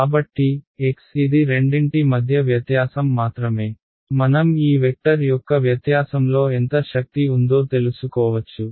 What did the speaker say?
కాబట్టి x ఇది రెండింటి మధ్య వ్యత్యాసం మాత్రమే మనం ఈ వెక్టర్ యొక్క వ్యత్యాసంలో ఎంత శక్తి ఉందో తెలుసుకోవచ్చు